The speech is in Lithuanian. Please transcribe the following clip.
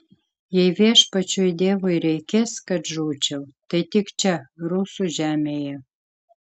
jei viešpačiui dievui reikės kad žūčiau tai tik čia rusų žemėje